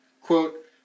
quote